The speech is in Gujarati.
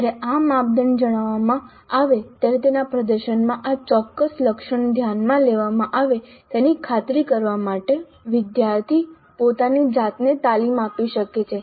જ્યારે આ માપદંડ જણાવવામાં આવે ત્યારે તેના પ્રદર્શનમાં આ ચોક્કસ લક્ષણ ધ્યાનમાં લેવામાં આવે તેની ખાતરી કરવા માટે વિદ્યાર્થી પોતાની જાતને તાલીમ આપી શકે છે